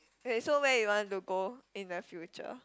there is so many you want to go in the future